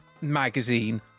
magazine